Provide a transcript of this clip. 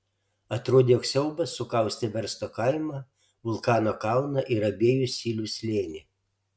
atrodė jog siaubas sukaustė versto kaimą vulkano kalną ir abiejų silių slėnį